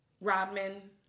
Rodman